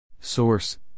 Source